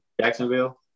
Jacksonville